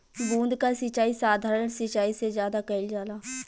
बूंद क सिचाई साधारण सिचाई से ज्यादा कईल जाला